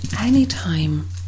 anytime